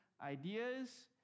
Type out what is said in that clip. ideas